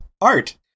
Art